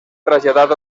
traslladat